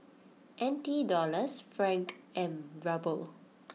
N T Dollars Franc and Ruble